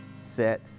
set